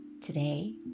Today